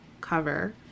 cover